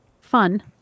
fun